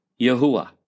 Yahuwah